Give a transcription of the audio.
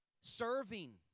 serving